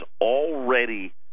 already